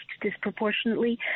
disproportionately